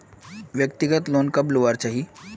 व्यक्तिगत लोन कब लुबार चही?